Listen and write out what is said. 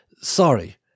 Sorry